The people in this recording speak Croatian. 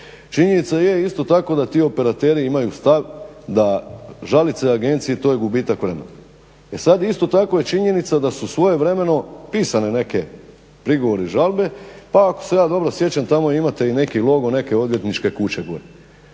Činjenica je isto tako da ti operateri imaju stav da žalit se agenciji, to je gubitak vremena. E sad isto tako je činjenica da su svojevremeno pisane neke prigovori i žalbe pa ako se ja dobro sjećam, tamo imate i neki logo neke odvjetničke kuće gore.